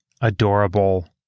Adorable